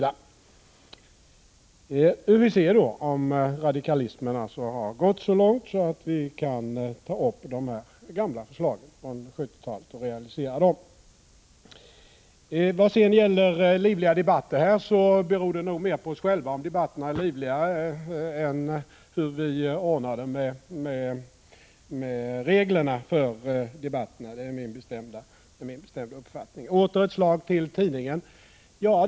Vi får väl nu se om radikalismen har gått så långt att vi kan ta upp dessa gamla förslag från 1970-talet och realisera dem. När vi kommer till frågan om livligare debatter här i kammaren, så hävdar jag att debatternas livlighet nog beror mer på oss själva än på vilka debattregler vi har. Detta är min bestämda uppfattning. Så åter till tidningen.